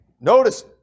notice